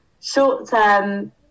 short-term